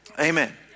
Amen